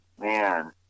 man